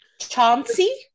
Chauncey